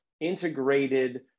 integrated